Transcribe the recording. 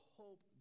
hope